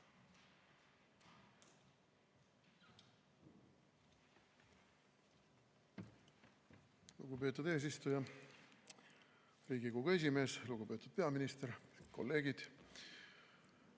Lugupeetud eesistuja, Riigikogu esimees! Lugupeetud peaminister! Kolleegid!